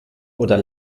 oder